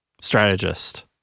Strategist